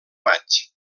maig